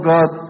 God